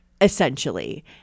essentially